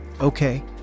Okay